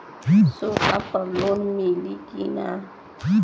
सोना पर लोन मिली की ना?